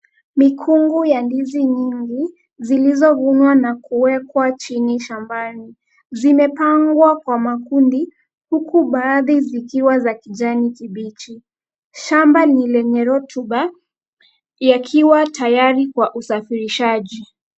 Mikungu ya ndizi nyingi zilizovunwa na kuwekwa chini shambani. Zimepangwa kwa makundi huku baadhi zikiwa za kijani kibichi. Shamba ni lenye rutuba yakiwa tayari kwa usafirishaji.